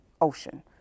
Ocean